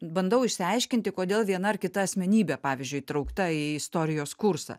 bandau išsiaiškinti kodėl viena ar kita asmenybė pavyzdžiui įtraukta į istorijos kursą